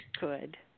Good